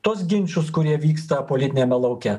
tuos ginčus kurie vyksta politiniame lauke